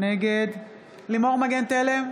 נגד לימור מגן תלם,